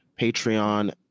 patreon